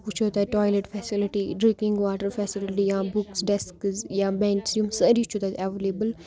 ہُہ چھُ تَتہِ toilet facility drinking water facility یا بُکٕس ڈیسکٕز یا بٮ۪نچِز یِم سٲری چھُ تَتہِ اٮ۪وٕلیبٕل